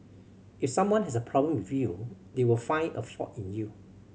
if someone has a problem with you they will find a fault in you